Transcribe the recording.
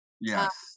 Yes